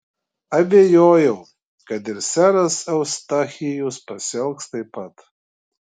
abejojau kad ir seras eustachijus pasielgs taip pat